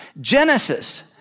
Genesis